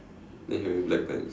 then he wearing black pants